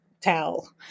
tell